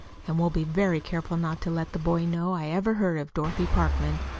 and we'll be very careful not to let the boy know i ever heard of dorothy parkman.